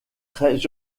très